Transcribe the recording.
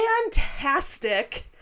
fantastic